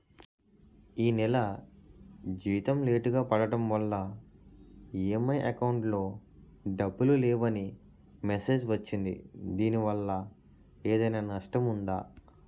ఈ నెల జీతం లేటుగా పడటం వల్ల ఇ.ఎం.ఐ అకౌంట్ లో డబ్బులు లేవని మెసేజ్ వచ్చిందిదీనివల్ల ఏదైనా నష్టం ఉందా?